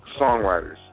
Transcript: songwriters